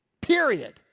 period